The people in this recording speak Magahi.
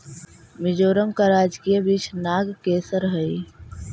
मिजोरम का राजकीय वृक्ष नागकेसर हई